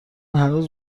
هنوز